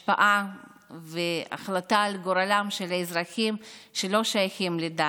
השפעה והחלטה על גורלם של אזרחים שלא שייכים לדת.